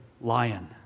lion